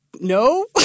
No